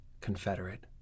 confederate